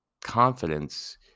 Confidence